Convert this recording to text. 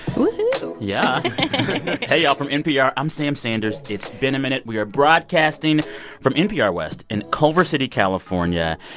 woo-hoo yeah hey, y'all. from npr, i'm sam sanders. it's been a minute. we are broadcasting from npr west in culver city, calif. ah yeah